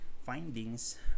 Findings